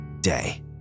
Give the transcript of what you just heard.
day